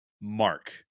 Mark